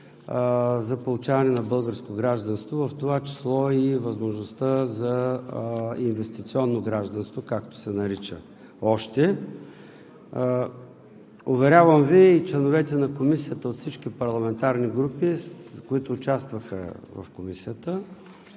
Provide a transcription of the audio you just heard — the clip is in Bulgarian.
за получаване на българско гражданство, в това число и възможността за инвестиционно гражданство, както още се нарича. Уверявам Ви, членовете на Комисията от всички парламентарни групи, които участваха в Комисията,